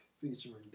featuring